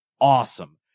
awesome